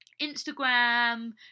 Instagram